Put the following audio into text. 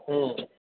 હમ્મ